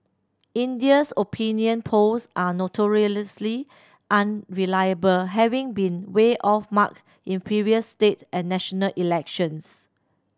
India's opinion polls are notoriously unreliable having been way off mark in previous state and national elections